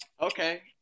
Okay